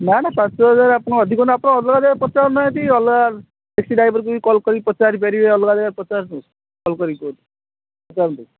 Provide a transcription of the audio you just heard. ନା ନା ପାଞ୍ଚ ହଜାର ଆପଣ ଅଧିକ ନୁହଁ ଆପଣ ଅଲଗା ଜାଗାରେ ପଚାରୁ ନାହାନ୍ତି ଅଲଗା ଟ୍ୟାକ୍ସି ଡ୍ରାଇଭରକୁ କଲ କରି ପଚାରି ପାରିବେ ଅଲଗା ଅଲଗା ପଚାରନ୍ତୁ କଲ୍ କରି କୁହନ୍ତୁ କରନ୍ତୁ